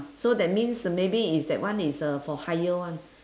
so that means maybe it's that one is uh for higher one